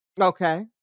okay